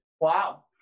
Wow